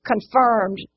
confirmed